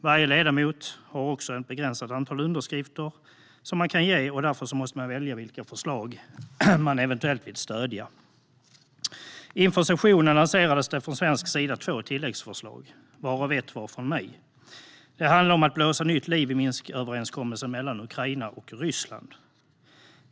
Varje ledamot har också rätt till ett begränsat antal underskrifter, och man måste därför välja vilka förslag man eventuellt vill stödja. Inför sessionen lanserades från svensk sida två tilläggsförslag, varav ett var från mig. Det handlade om att blåsa nytt liv i Minsköverenskommelsen mellan Ukraina och Ryssland.